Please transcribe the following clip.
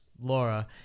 Laura